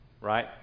Right